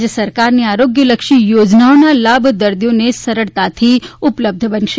રાજ્ય સરકારની આરોગ્યલક્ષી યોજનાઓના લાભ દર્દીઓને સરળતાથી ઉપલબ્ધ બનશે